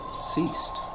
ceased